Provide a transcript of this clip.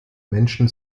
menschen